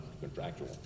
contractual